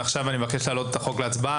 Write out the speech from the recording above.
ועכשיו אני מבקש להעלות את החוק להצבעה.